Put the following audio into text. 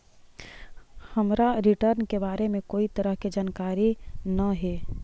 हमरा रिटर्न के बारे में कोई तरह के जानकारी न हे